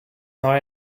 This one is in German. neu